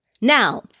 Now